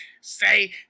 Say